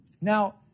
Now